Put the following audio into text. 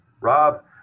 Rob